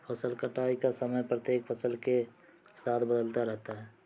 फसल कटाई का समय प्रत्येक फसल के साथ बदलता रहता है